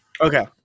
Okay